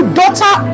daughter